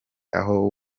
aho